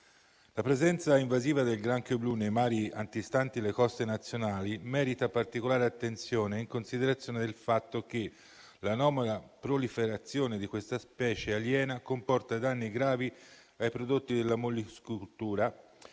La presenza invasiva del granchio blu nei mari antistanti le coste nazionali merita particolare attenzione, in considerazione del fatto che l'anomala proliferazione di questa specie aliena comporta danni gravi ai prodotti della *molluschicoltura**,*